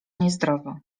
niezdrowo